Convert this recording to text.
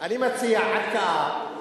אני מציע ערכאה